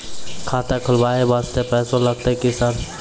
खाता खोलबाय वास्ते पैसो लगते की सर?